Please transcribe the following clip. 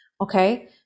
Okay